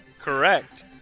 Correct